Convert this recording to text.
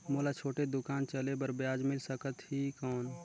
मोला छोटे दुकान चले बर ब्याज मिल सकत ही कौन?